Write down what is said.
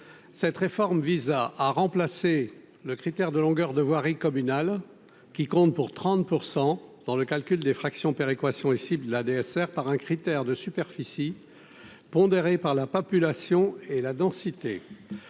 cette réforme visant à remplacer le critère de longueur de voirie communale qui compte pour 30 % dans le calcul des fractions péréquation ici de la DSR par un critère de superficie pondéré par la population et la densité